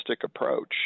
approach